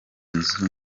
nzu